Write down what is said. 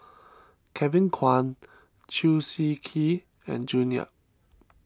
Kevin Kwan Chew Swee Kee and June Yap